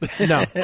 No